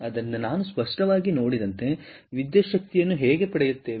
ಆದ್ದರಿಂದ ನಾವು ಸ್ಪಷ್ಟವಾಗಿ ನೋಡಿದಂತೆ ವಿದ್ಯುತ್ ಶಕ್ತಿಯನ್ನು ಹೇಗೆ ಪಡೆಯುತ್ತೇವೆ